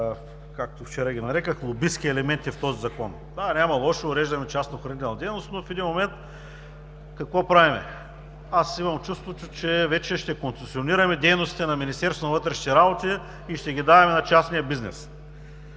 както вчера ги нарекох „лобистки елементи“ в този закон. В това няма лошо, уреждаме частна охранителна дейност, но в един момент какво правим?! Имам чувството, че вече ще концесионираме дейностите на Министерството на вътрешните работи и ще ги даваме на частния бизнес.